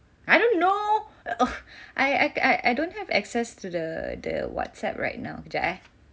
I don't know ugh I I don't have access to the the Whatsapp right now kejap eh